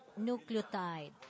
nucleotide